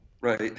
Right